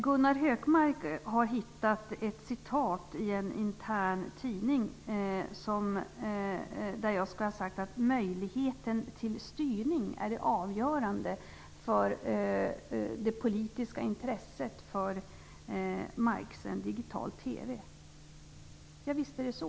Gunnar Hökmark har hittat ett citat i en intern tidning, där jag skall ha sagt att möjligheten till styrning är det avgörande för det politiska intresset för marksänd digital TV. Ja visst är det så!